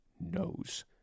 knows